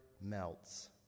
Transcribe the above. melts